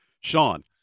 sean